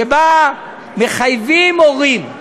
שבה מחייבים מורים,